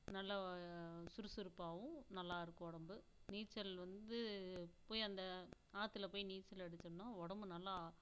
நல்லா சுறுசுறுப்பாகவும் நல்லா இருக்கும் உடம்பு நீச்சல் வந்து போய் அந்த ஆற்றுல போய் நீச்சல் அடித்தோன்னா உடம்பு நல்லா